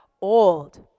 old